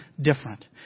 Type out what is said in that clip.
different